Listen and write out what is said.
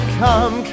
come